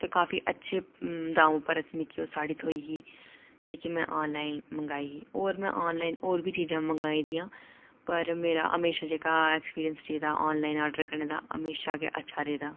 ते काफी अच्छे दाम उप्पर अस मिकी ओह् साह्ड़ी थ्होई ही जेह्की में आनलाइन मंगाई ही होर में आनलाइन होर बी चीजां मंगाई दियां पर मेरा हमेशा जेह्का एक्सपीरियंस रेह्दा आनलाइन आर्डर करने दा हमेशा गै अच्छा रेह्दा